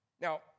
Now